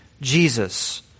Jesus